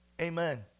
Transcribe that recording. Amen